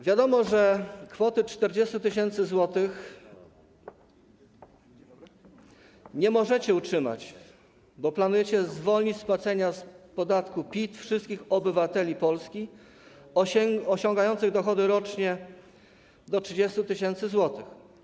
Wiadomo, że kwoty 40 tys. zł nie możecie utrzymać, bo planujecie zwolnić z płacenia podatku PIT wszystkich obywateli Polski osiągających dochody roczne do 30 tys. zł.